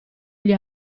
gli